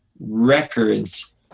records